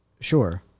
Sure